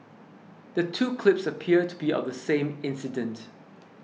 the two clips appear to be of the same incident